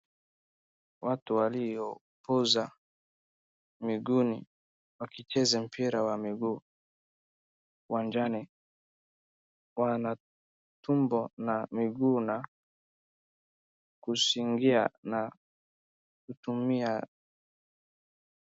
Watu waliopooza miguuni wakicheza mpira wa miguu uwanjani, wana tumbo na miguu na kusingia na kutumia.